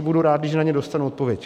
Budu rád, když na ně dostanu odpověď.